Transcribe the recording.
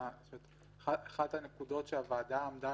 אחת הנקודות שהוועדה עמדה